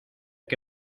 que